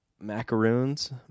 macaroons